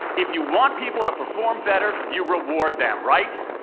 if you want people to perform better, you reward them. right?